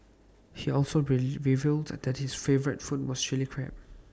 he also revealed that his favourite food was Chilli Crab